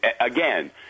again